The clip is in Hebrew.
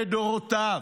לדורותיו.